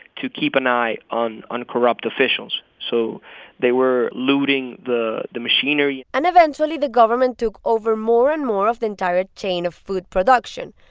to keep an eye on on corrupt officials. so they were looting the the machinery and eventually, the government took over more and more of the entire chain of food production,